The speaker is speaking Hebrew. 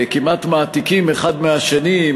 כמעט מעתיקים האחד מהשני,